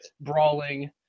brawling